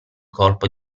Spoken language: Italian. colpo